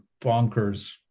bonkers